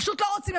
פשוט לא רוצים.